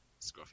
scruffy